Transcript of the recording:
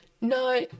No